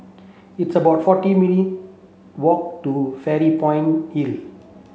it's about forty walk to Fairy Point